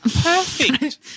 Perfect